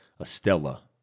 Estella